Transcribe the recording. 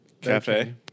Cafe